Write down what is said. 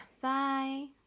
Bye